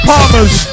Palmers